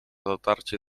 dotarcie